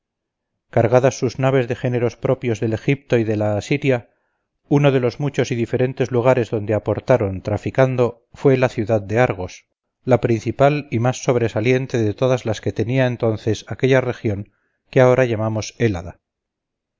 cargadas sus naves de géneros propios del egipto y de la asiria uno de los muchos y diferentes lugares donde aportaron traficando fue la ciudad de argos la principal y más sobresaliente de todas las que tenía entonces aquella región que ahora llamamos helada